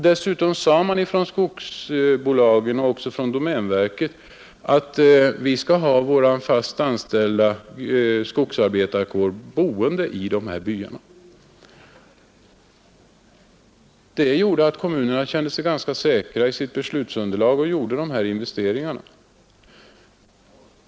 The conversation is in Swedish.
Dessutom sade skogsbolagen och domänverket: Vi skall ha vår fast anställda skogsarbetarkår boende här i byarna. Kommunerna kände sig följaktligen ganska säkra på sitt beslutsunderlag och gjorde de här investeringarna.